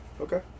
Okay